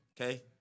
Okay